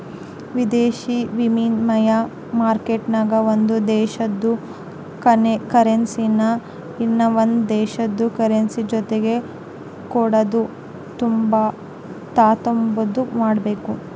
ವಿದೇಶಿ ವಿನಿಮಯ ಮಾರ್ಕೆಟ್ನಾಗ ಒಂದು ದೇಶುದ ಕರೆನ್ಸಿನಾ ಇನವಂದ್ ದೇಶುದ್ ಕರೆನ್ಸಿಯ ಜೊತಿಗೆ ಕೊಡೋದು ತಾಂಬಾದು ಮಾಡ್ಬೋದು